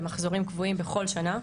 במחזורים קבועים בכל שנה.